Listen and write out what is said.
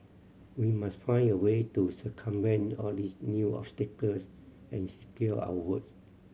we must find a way to circumvent all these new obstacles and secure our vote